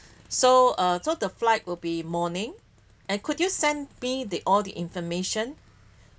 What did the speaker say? so uh so the flight will be morning and could you send be the all the information